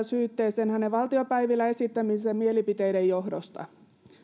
syytteeseen hänen valtiopäivillä esittämiensä mielipiteiden johdosta